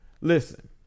Listen